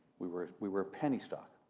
we were we were a penny stock.